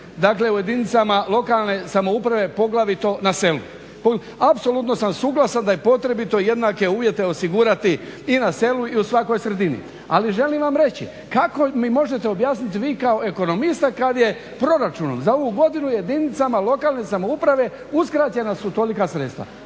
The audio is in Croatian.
dakle u jedinicama lokalne samouprave poglavito na selu. Apsolutno sam suglasan da je potrebito jednake uvjete osigurati i na selu i u svakoj sredini. Ali želim vam reći kako mi možete objasniti vi kao ekonomista kada je proračun za ovu godinu jedinicama lokalne samouprave uskraćena su tolika sredstva,